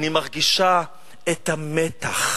אני מרגישה את המתח,